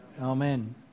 Amen